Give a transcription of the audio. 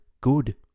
good